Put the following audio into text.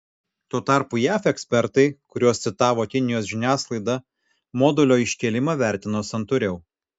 tuo tarpu jav ekspertai kuriuos citavo kinijos žiniasklaida modulio iškėlimą vertino santūriau